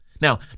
Now